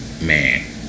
man